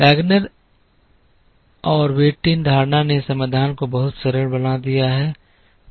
Wagner और Whitin धारणा ने समाधान को बहुत सरल बना दिया है